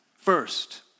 first